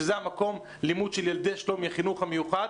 שזה מקום הלימוד של ילדי שלומי בחינוך המיוחד,